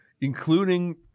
including